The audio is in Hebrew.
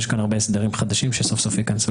יש כאן הרבה הסדרים חדשים שסוף סוף ייכנסו